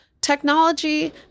technology